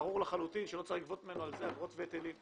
ברור לחלוטין שלא צריך לגבות ממנו על זה אגרות והיטלים.